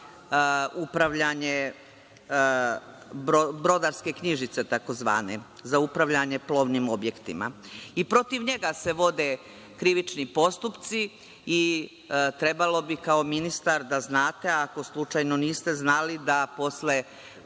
za upravljanje, brodarske knjižice, takozvane, za upravljanje plovnim objektima. I protiv njega se vode krivični postupci i trebalo bi, kao ministar da znate, ako slučajno niste znali, da posle